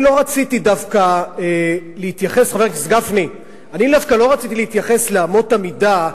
אני דווקא לא רציתי להתייחס לאמות המידה,